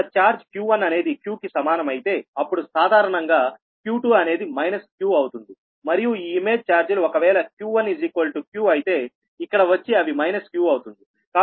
ఇక్కడ charge q1 అనేది q కి సమానం అయితే అప్పుడు సాధారణంగా q2 అనేది మైనస్ q అవుతుంది మరియు ఈ ఇమేజ్ ఛార్జీలు ఒకవేళ q1 q అయితే ఇక్కడ వచ్చి అవి మైనస్ q అవుతుంది